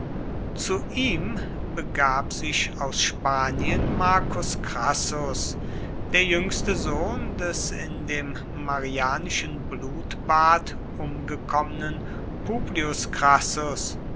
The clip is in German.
zu ihm begab sich aus spanien marcus crassus der jüngste sohn des in dem marianischen blutbad umgekommenen publius crassus